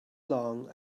long